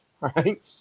right